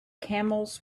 camels